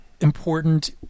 important